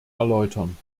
erläutern